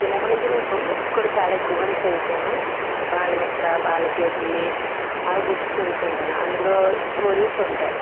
చిన్నప్పటి నుంచి నేను బుక్స్ కూడా చాలా ఎక్కువగా చదువుతాను బాలమిత్ర బాలజ్యోతి అవి బుక్స్ చదువుతు ఉంటాను అందులో స్టోరీస్ ఉంటాయి